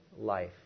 life